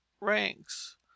ranks